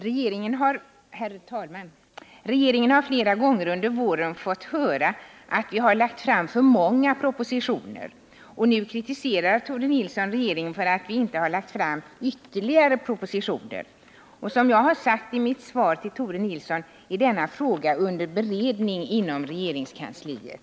Herr talman! Regeringen har flera gånger under våren fått höra att vi lagt fram för många propositioner. Nu kritiserar Tore Nilsson regeringen för att vi inte lagt fram ytterligare propositioner. Som jag har sagt i mitt svar till Tore Nilsson är denna fråga under beredning inom regeringskansliet.